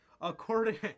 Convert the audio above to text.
According